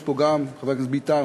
יש פה חבר הכנסת ביטן,